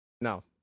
No